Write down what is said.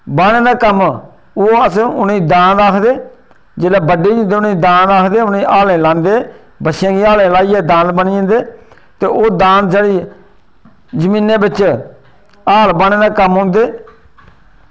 बाह्ने दे कम्म ओह् अस उनेंगी दांद आखदे जेल्लै बड्डे होंदे उनेंगी दांद आखदे उनेंगी हाल्लें लांदे बच्छें गी हाल्लें लाइयै दांद बनी जंदे ते ओह् दांद जाई जमीनै बिच दल्ल बाह्नै दे कम्म औंदे